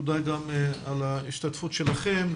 תודה על ההשתתפות שלכם.